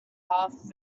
half